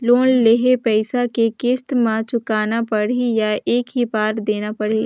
Loan लेहल पइसा के किस्त म चुकाना पढ़ही या एक ही बार देना पढ़ही?